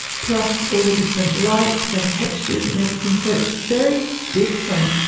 plus all the different lights and textures and everything. so it's very different.